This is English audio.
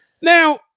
Now